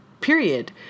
period